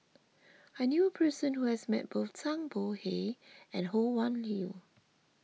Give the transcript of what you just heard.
I knew a person who has met both Zhang Bohe and Ho Wan Hui